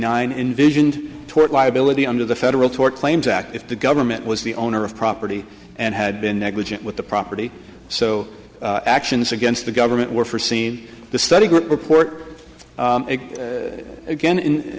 nine envisioned tort liability under the federal tort claims act if the government was the owner of property and had been negligent with the property so actions against the government were for seen the study group report it again in